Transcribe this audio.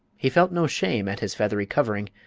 he felt no shame at his feathery covering,